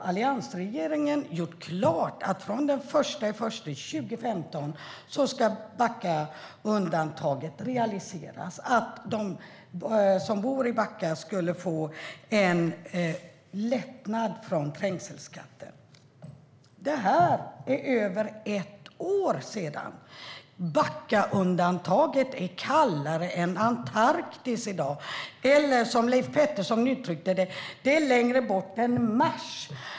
Alliansregeringen gjorde klart att från den 1 januari 2015 skulle Backaundantaget realiseras, alltså att de som bor i Backa skulle få en lättnad i fråga om trängselskatten. Detta är över ett år sedan. Backaundantaget är kallare än Antarktis i dag, eller, som Leif Pettersson uttryckte det: Det är längre bort än Mars.